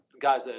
guys